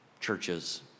churches